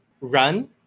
Run